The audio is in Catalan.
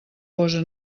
posa